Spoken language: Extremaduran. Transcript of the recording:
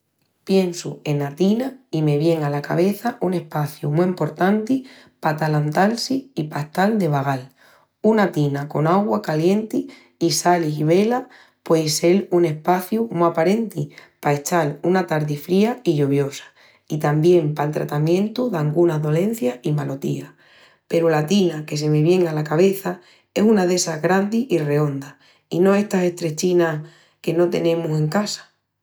Piensu ena tina i me vien ala cabeça un espaciu mu emportanti pa atalantal-si i pa estal de vagal. Una tina con augua calienti i salis i velas puei sel un espaciu mu aparenti pa echal una tardi fría i lloviosa i tamién pal tratamientu d'angunas dolencias i malotías. Peru la tina que se me vien ala cabeça es una d'essa grandis i reondas, i no estas estrechinas que no tenemus en casa.